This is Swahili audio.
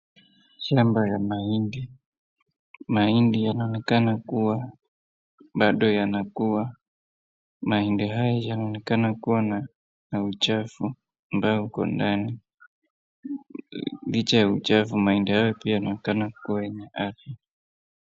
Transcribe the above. Shamba la mahindi. Mahindi yanaonekana kuwa bado yanakua. Mahindi haya yanaonekana kuwa na, na uchafu ambao uko ndani. Licha ya uchafu mahindi haya pia onekana kuwa na afya.